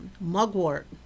mugwort